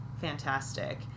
fantastic